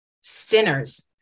sinners